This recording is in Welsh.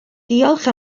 diolch